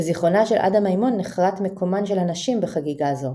בזיכרונה של עדה מימון נחרט מקומן של הנשים בחגיגה זו